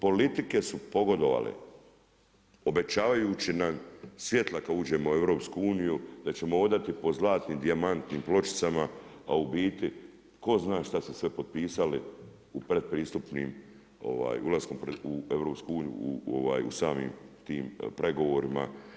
Politike su pogodovale obećavajući nam svjetla kada uđemo u Europsku uniju da ćemo hodati po zlatnim dijamantnim pločicama a, u biti tko zna što su sve potpisali u pretpristupnim ulaskom u Europsku uniju u samim tim pregovorima.